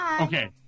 Okay